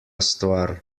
stvar